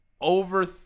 over